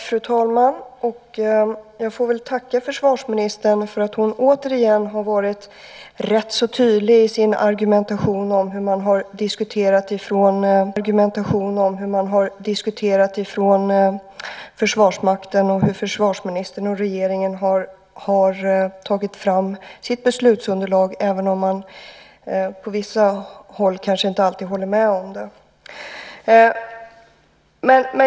Fru talman! Jag får väl tacka försvarsministern för att hon återigen har varit rätt så tydlig i sin argumentation om hur man från Försvarsmakten har diskuterat och hur försvarsministern och regeringen har tagit fram sitt beslutsunderlag, även om man på vissa håll inte alltid håller med om det.